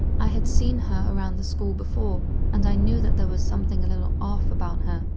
i had seen her around the school before, and i knew that there was something a little off about her,